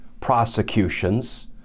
prosecutions